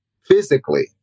physically